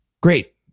Great